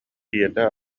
ийэтэ